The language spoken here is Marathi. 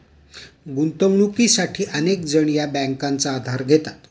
गुंतवणुकीसाठी अनेक जण या बँकांचा आधार घेतात